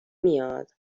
میاد